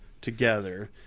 together